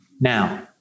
now